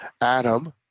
Adam